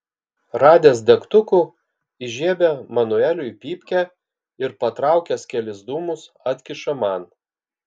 radęs degtukų įžiebia manueliui pypkę ir patraukęs kelis dūmus atkiša man